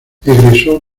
egresó